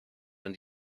and